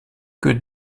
que